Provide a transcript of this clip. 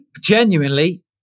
genuinely